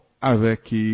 avec